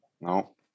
No